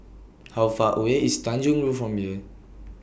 How Far away IS Tanjong Rhu from here